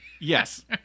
Yes